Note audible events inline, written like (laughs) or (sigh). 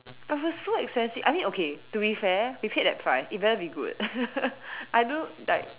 but it was so expensive I mean okay to be fair we paid that price It better be good (laughs) I don't know like